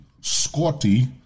Scotty